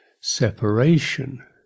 separation